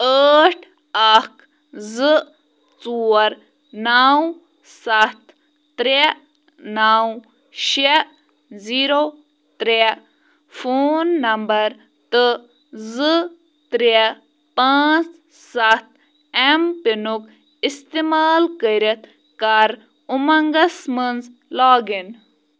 ٲٹھ اَکھ زٕ ژور نَو سَتھ ترٛےٚ نَو شےٚ زیٖرو ترٛےٚ فون نمبَر تہٕ زٕ ترٛےٚ پانٛژھ سَتھ اٮ۪م پِنُک اِستعمال کٔرِتھ کَر اُمَنٛگَس منٛز لاگ اِن